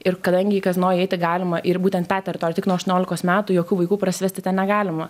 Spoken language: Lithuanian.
ir kadangi į kazino įeiti galima ir į būtent tą teritoriją tik nuo aštuoniolikos metų jokių vaikų prasivesti ten negalima